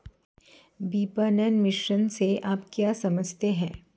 विपणन मिश्रण से आप क्या समझते हैं?